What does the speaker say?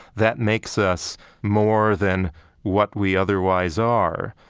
that makes us more than what we otherwise are.